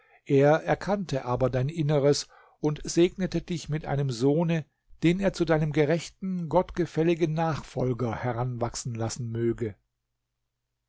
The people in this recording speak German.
er erkannte aber dein inneres und segnete dich mit einem sohne den er zu deinem gerechten gottgefälligen nachfolger heranwachsen lassen möge